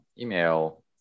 email